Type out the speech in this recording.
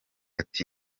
ati